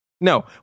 No